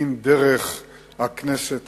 אם דרך הכנסת,